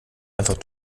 einfach